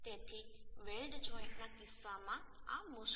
તેથી વેલ્ડ જોઈન્ટના કિસ્સામાં આ મુશ્કેલ છે